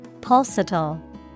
Pulsatile